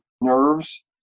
nerves